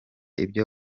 ibyo